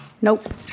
Nope